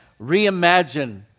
reimagine